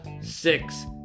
six